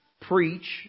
preach